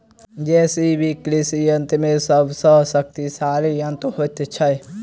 JCB कृषि यंत्र मे सभ सॅ शक्तिशाली यंत्र होइत छै